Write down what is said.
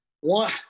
one